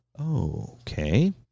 okay